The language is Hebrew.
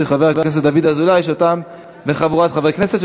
של חבר הכנסת דוד אזולאי וחבורת חברי כנסת,